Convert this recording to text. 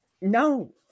No